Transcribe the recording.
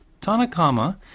Tanakama